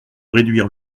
réduire